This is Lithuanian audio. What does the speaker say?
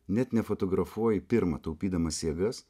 net nefotografuoji pirma taupydamas jėgas